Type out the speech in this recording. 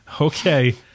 okay